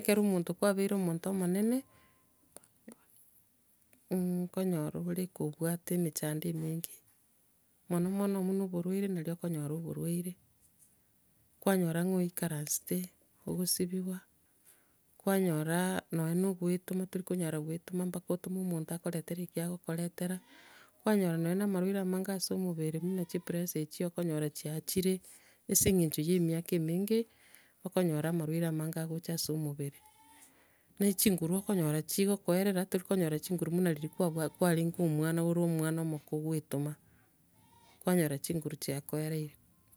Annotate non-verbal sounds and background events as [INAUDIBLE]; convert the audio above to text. Ekero omonto kwabeire omonto omonene, [HESITATION] nkonyora ore kobwate emechando emenge, mono mono buna oborwaire nario okonyora oborwaire, kwanyora buna oikaransete, okosibiwa, kwanyora nonya na goetoma, ntorikonyara goetoma mpaka otome omonto akoretere ekio akogoretera, kwanyora nonya na amarwaire amange ase omobere buna chipressure echi okonyora chiachire, ase eng'encho ya emiaka emenge, okonyora amarwaire amange agocha ase omobere. Na chinguru okonyora chigokoerera, ntorikonyora chinguru buna riri kwabwa- kwarenge omwana ore omwana omoke ogoetoma, kwanyora chinguru chiakoereire.